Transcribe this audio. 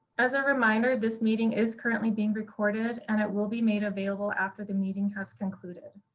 as a reminder, this meeting is currently being recorded, and it will be made available after the meeting has concluded.